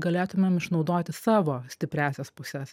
galėtumėm išnaudoti savo stipriąsias puses